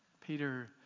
Peter